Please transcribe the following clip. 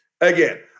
again